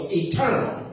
eternal